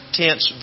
tense